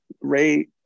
Ray